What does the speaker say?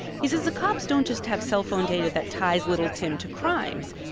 he says the cops don't just have cellphone data that ties little tim to crimes.